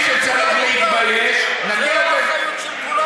אל מי שצריך להתבייש, זו לא האחריות של כולנו כאן?